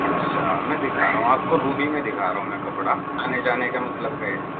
اچھا میں دکھا رہا ہوں آپ کو روبی میں دکھا رہا ہوں میں کپڑا آنے جانے کا مطلب کا ہی